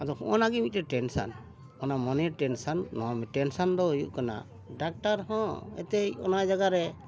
ᱟᱫᱚ ᱱᱚᱜᱼᱚ ᱱᱟ ᱜᱮ ᱢᱤᱫᱴᱮᱡ ᱴᱮᱱᱥᱚᱱ ᱚᱱᱟ ᱢᱚᱱᱮ ᱴᱮᱱᱥᱚᱱ ᱱᱚᱣᱟ ᱢᱤᱫ ᱴᱮᱱᱥᱚᱱ ᱫᱚ ᱦᱩᱭᱩᱜ ᱠᱟᱱᱟ ᱰᱟᱠᱛᱟᱨ ᱦᱚᱸ ᱮᱱᱛᱮᱫ ᱚᱱᱟ ᱡᱟᱭᱜᱟ ᱨᱮ